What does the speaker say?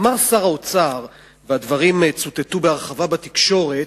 אמר שר האוצר, והדברים צוטטו בהרחבה בתקשורת,